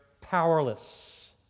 powerless